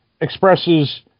expresses